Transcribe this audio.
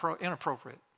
inappropriate